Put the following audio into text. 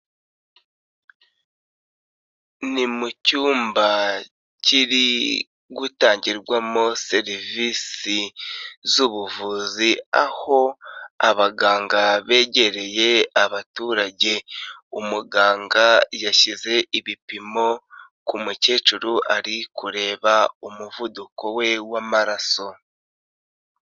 Ni mu cyumba kiri gutangirwamo serivisi z'ubuvuzi, aho abaganga begereye abaturage. Umuganga yashyize ibipimo ku mukecuru ari kureba umuvuduko we w'amaraso.